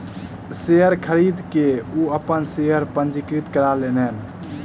share खरीद के ओ अपन शेयर के पंजीकृत करा लेलैन